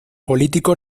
político